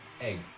egg